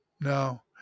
No